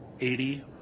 eighty